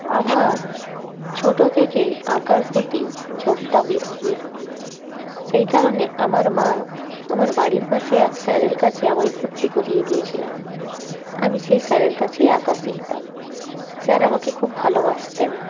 আমার ছোটো থেকেই আঁকার প্রতি ঝোঁকটা বেশি একটু সেই কারণে আমার মা আমার বাড়ির পাশে এক স্যারের কাছে আমায় ভর্তি করিয়ে দিয়েছিলেন আমি সেই স্যারের কাছেই আঁকা শিখতাম স্যার আমাকে খুব ভালবাসতেন